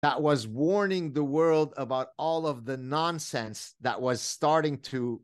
‫שהוא מזמין את העולם ‫על כל המרחבים ‫שהוא מתחיל ל...